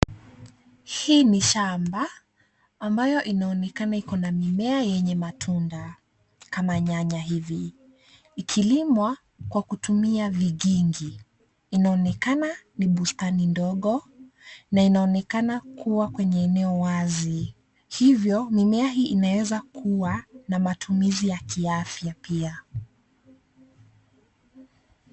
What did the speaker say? Hii ni shamba ambayo inaonekana iko na mimea yenye matunda kama nyanya hivi ikilimwa kwa kutumia vigingi . Inaonekana ni bustani ndogo na inaonekana kuwa kwenye eneo wazi hivyo mimea hii inaweza kuwa na matumizi ya kiafya pia.